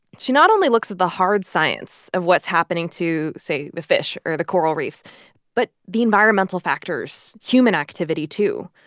she not only looks at the hard science of what's happening to, say, the fish or the coral reefs but the environmental factors, human activity, too.